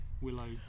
willow